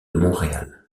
montréal